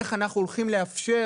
איך אנו הולכים לאפשר